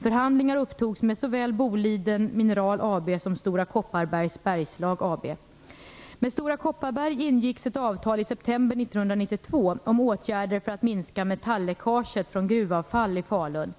Förhandlingar upptogs med såväl Boliden Mineral AB som Stora Kopparbergs Bergslag AB. Med Stora Kopparbergs Bergslag AB ingicks ett avtal i september 1992 om åtgärder för att minska metalläckaget från gruvavfall i Falun.